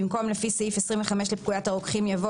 במקום "לפי סעיף 25 לפקודת הרוקחים" יבוא